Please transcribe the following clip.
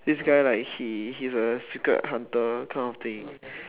this guy like he's a secret hunter kind of thing